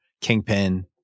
Kingpin